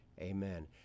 Amen